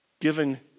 given